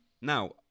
Now